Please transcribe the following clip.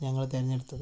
ഞങ്ങൾ തിരഞ്ഞെടുത്തത്